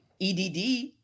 EDD